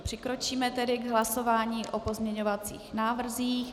Přikročíme tedy k hlasování o pozměňovacích návrzích.